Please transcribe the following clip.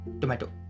tomato